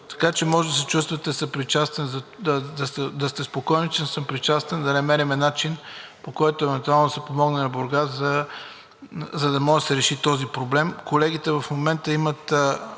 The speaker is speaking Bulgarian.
Така че може да сте спокоен, че съм съпричастен да намерим начин, по който евентуално да се помогне на Бургас, за да може да се реши този проблем. Колегите в момента имат